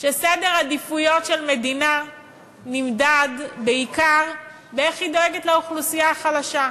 שסדר עדיפויות של מדינה נמדד בעיקר באיך היא דואגת לאוכלוסייה החלשה,